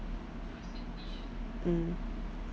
mm